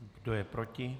Kdo je proti?